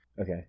Okay